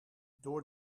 door